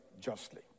justly